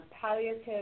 Palliative